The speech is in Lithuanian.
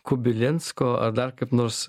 kubilinsko ar dar kaip nors